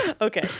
Okay